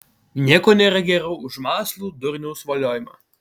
nieko nėra geriau už mąslų durniaus voliojimą